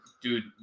dude